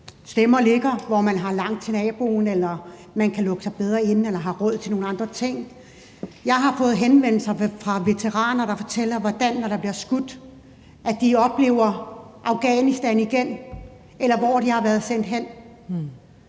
vælgere bor, hvor man har langt til naboen eller man kan lukke sig bedre inde eller har råd til nogle andre ting. Jeg har fået henvendelser fra veteraner, der fortæller, hvordan de, når der bliver skudt, oplever Afghanistan igen, eller hvor de har været sendt ud.